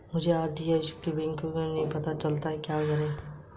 मुझको आर.डी को एफ.डी में बदलने के लिए बैंक में बात करनी होगी